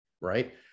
right